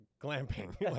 glamping